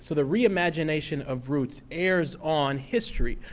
so the reimagination of roots airs on history,